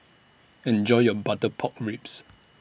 Enjoy your Butter Pork Ribs